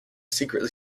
secretly